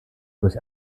durch